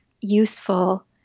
useful